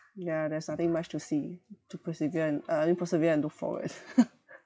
ya there's nothing much to see to persevere and uh I mean persevere and look forward